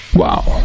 Wow